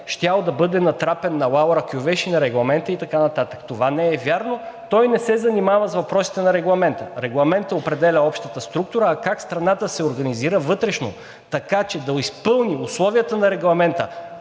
да бъде натрапен на Лаура Кьовеши, на Регламента и така нататък. Това не е вярно. Той не се занимава с въпросите на Регламента. Регламентът определя общата структура, а как страната ще се организира вътрешно, така че да изпълни условията на Регламента,